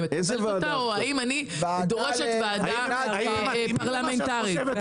תומכת בהן או שאני דורשת הקמת ועדה פרלמנטרית.